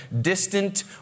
distant